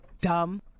dumb